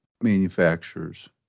manufacturers